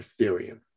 Ethereum